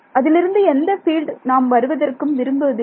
அதிலிருந்து எந்த பீல்டு நாம் வருவதற்கு விரும்புவதில்லை